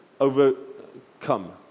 overcome